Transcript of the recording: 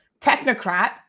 technocrat